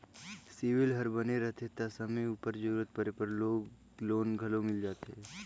CIBIL हर बने रहथे ता समे उपर जरूरत परे में लोन घलो मिल जाथे